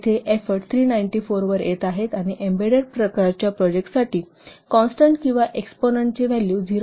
येथे एफोर्ट 394 वर येत आहे आणि एम्बेडेड प्रोजेक्टसाठी कॉन्स्टन्ट किंवा एक्सपॉनन्टचे व्हॅल्यू 0